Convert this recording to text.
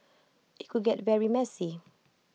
IT could get very messy